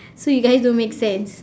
so you guys don't make sense